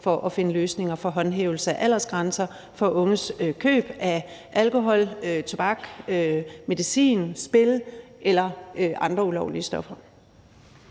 for at finde løsninger for håndhævelse af aldersgrænser for unges køb af alkohol, tobak, medicin, spil eller andre stoffer.